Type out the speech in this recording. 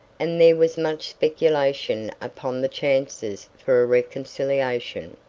and there was much speculation upon the chances for a reconciliation.